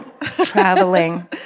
Traveling